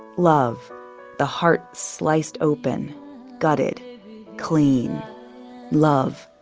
love the heart sliced open got it clean love.